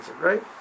right